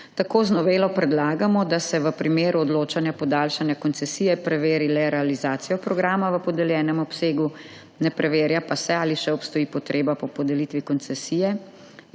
Tako z novelo predlagamo, da se v primeru odločanja podaljšanja koncesije preveri le realizacijo programa v podeljenem obsegu, ne preverja pa se ali še obstoji potreba po podelitvi koncesije